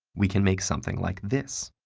we can make something like this.